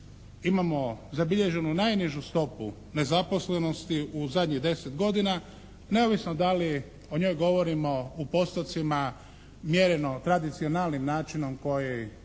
imamo zabilježenu najnižu stopu nezaposlenosti u zadnjih 10 godina neovisno da li u njoj govorimo u postocima mjereno tradicionalnim načinom koji